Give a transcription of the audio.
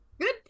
Good